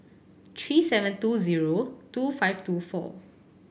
three seven two zero two five two four